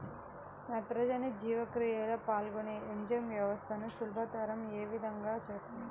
నత్రజని జీవక్రియలో పాల్గొనే ఎంజైమ్ వ్యవస్థలను సులభతరం ఏ విధముగా చేస్తుంది?